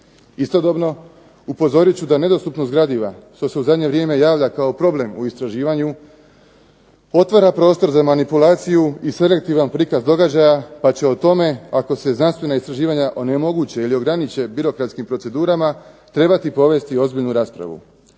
Istodobno upozorit ću da nedostupnost gradiva što se u zadnje vrijeme javlja kao problem u istraživanju otvara prostor za manipulaciju i selektivan prikaz događaja, pa će o tome ako se znanstvena istraživanja onemoguće ili ograniče birokratskim procedurama, trebati provesti ozbiljnu raspravu.